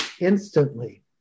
instantly